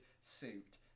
suit